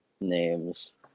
names